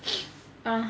err